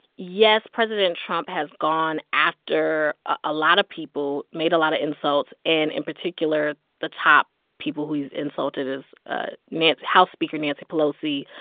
yes, president trump has gone after a lot of people, made a lot of insults. and in particular, the top people who he's insulted is ah house speaker nancy pelosi,